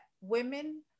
women